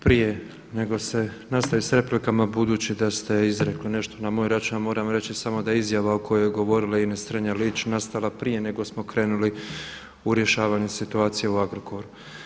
Prije nego se nastavi s replikama, budući da ste izrekli nešto na moj račun ja moram reći samo da izjava o kojoj je govorila Ines Strenja-Linić nastala prije nego smo krenuli u rješavanje situacije u Agrokoru.